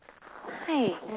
Hi